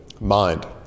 mind